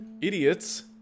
idiots